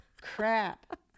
Crap